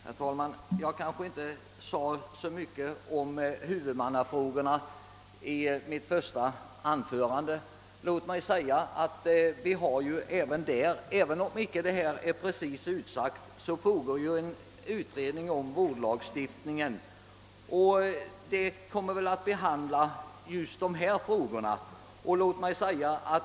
Herr talman! Jag kanske inte sade så mycket om huvudmannafrågorna i mitt första anförande. även om det inte är direkt utsagt i utlåtandet så pågår ju en utredning om vårdlagstiftningen. Den kommer väl att behandla just dessa frågor.